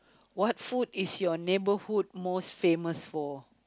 what food is your neighborhood most famous for